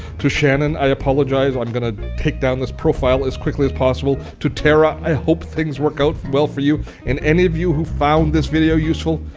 to shannon, i apologize. i'm going to take down this profile as quickly as possible. to tara, i hope things work out well for you and any of you who found this video useful,